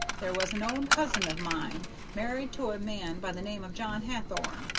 there was an own cousin of mine married to a man by the name of john hathorn.